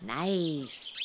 Nice